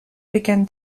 began